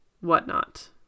whatnot